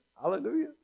Hallelujah